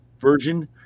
version